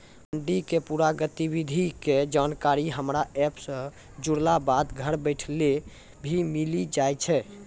मंडी के पूरा गतिविधि के जानकारी हमरा एप सॅ जुड़ला बाद घर बैठले भी मिलि जाय छै